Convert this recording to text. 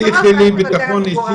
תבטיחי לי ביטחון אישי.